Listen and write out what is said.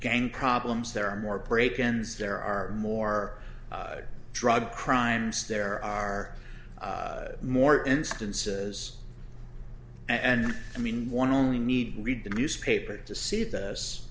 gang problems there are more prey kens there are more drug crimes there are more instances and i mean one only need read the newspaper to see this